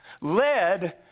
led